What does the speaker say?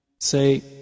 Say